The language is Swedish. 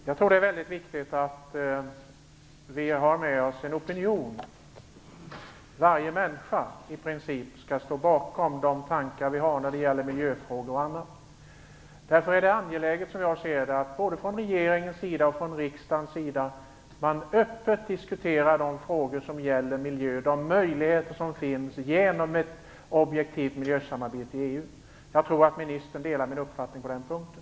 Fru talman! Jag tror att det är väldigt viktigt att vi har med oss en opinion. I princip varje människa skall stå bakom de tankar vi har när det gäller miljöfrågor och annat. Därför är det som jag ser det angeläget att både regering och riksdag öppet diskuterar de frågor som gäller miljö, de möjligheter som ett objektivt miljösamarbete inom EU ger. Jag tror att ministern delar min uppfattning på den punkten.